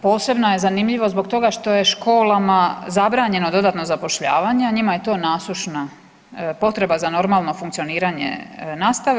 Posebno je zanimljivo zbog toga što je školama zabranjeno dodatno zapošljavanje, a njima je to nasušna potreba za normalno funkcioniranje nastave.